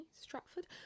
Stratford